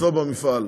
אצלו במפעל.